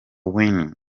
whitney